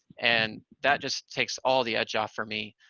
and that just takes all the edge off for me.